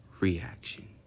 reaction